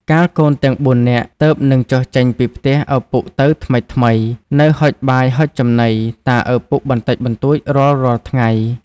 កាលកូនទាំង ៤ នាក់ ទើបនឹងចុះចេញពីផ្ទះឪពុកទៅថ្មីៗ នៅហុចបាយហុចចំណី តាឪពុកបន្តិចបន្តួចរាល់ៗថ្ងៃ។